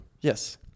Yes